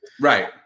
Right